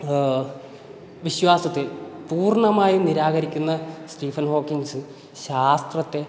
വിശ്വാസത്തിൽ പൂർണ്ണമായി നിരാകരിക്കുന്ന സ്റ്റീഫൻ ഹോക്കിൻസ് ശാസ്ത്രത്തെ